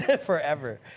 Forever